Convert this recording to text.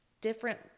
different